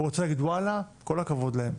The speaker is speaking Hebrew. הוא רוצה להגיד 'וואלה, כל הכבוד להם'.